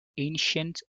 ancient